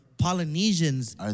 Polynesians